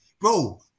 bro